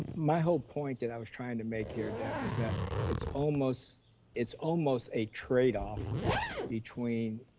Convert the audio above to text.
my whole point that i was trying to make here deb, was that it's almost it's almost a trade off between,